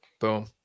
Boom